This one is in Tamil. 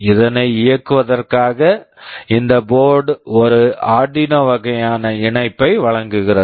இதனை இயக்குவதற்காக இந்த போர்ட்டு board ஒரு ஆர்டினோ Arduino வகையான இணைப்பை வழங்குகிறது